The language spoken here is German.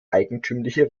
eigentümliche